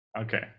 Okay